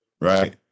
right